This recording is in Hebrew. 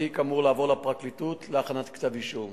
התיק אמור לעבור לפרקליטות להכנת כתב אישום.